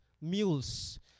mules